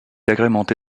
agrémenté